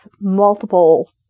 multiple